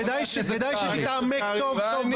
כדי שתתעמק טוב טוב למי הוא התכוון.